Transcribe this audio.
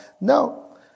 no